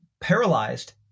paralyzed